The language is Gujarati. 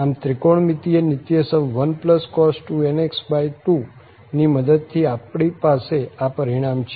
આમ ત્રિકોણમિતિય નીત્યસમ 1cos 2nx 2 ની મદદ થી આપણી પાસે આ પરિણામ છે